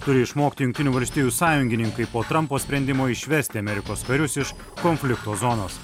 turi išmokti jungtinių valstijų sąjungininkai po trampo sprendimo išvesti amerikos karius iš konflikto zonos